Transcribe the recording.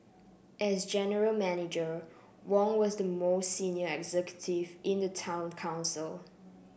as general Manager Wong was the most senior executive in the town council